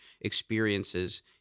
experiences